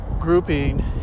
grouping